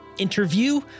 interview